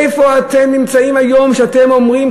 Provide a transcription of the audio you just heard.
איפה אתם נמצאים היום שאתם אומרים,